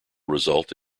result